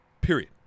period